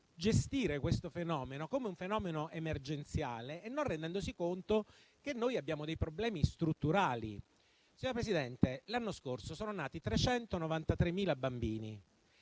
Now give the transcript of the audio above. gestire questo come un fenomeno emergenziale, non rendendosi conto che abbiamo dei problemi strutturali. Signora Presidente, l'anno scorso sono nati 393.000 bambini;